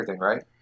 right